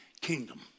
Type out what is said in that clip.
kingdom